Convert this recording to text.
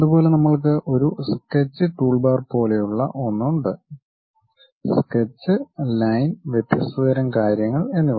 അതുപോലെ നമ്മൾക്ക് ഒരു സ്കെച്ച് ടൂൾബാർ പോലെയുള്ള ഒന്ന് ഉണ്ട് സ്കെച്ച് ലൈൻ വ്യത്യസ്ത തരം കാര്യങ്ങൾ എന്നിവ